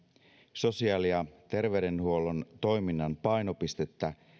sosiaali ja terveydenhuollon toiminnan painopistettä